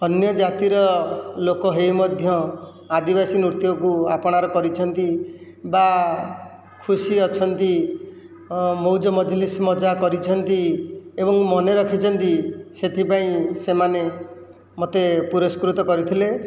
ଅନ୍ୟ ଜାତିର ଲୋକ ହୋଇ ମଧ୍ୟ ଆଦିବାସୀ ନୃତ୍ୟକୁ ଆପଣାର କରିଛନ୍ତି ବା ଖୁସି ଅଛନ୍ତି ମୌଜ ମଜଲିସ ମଜା କରିଛନ୍ତି ଏବଂ ମନେ ରଖିଛନ୍ତି ସେଥିପାଇଁ ସେମାନେ ମୋତେ ପୁରସ୍କୃତ କରିଥିଲେ